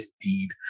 indeed